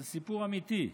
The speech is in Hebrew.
זה סיפור אמיתי,